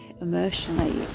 emotionally